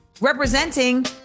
representing